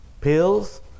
pills